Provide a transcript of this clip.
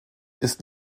ist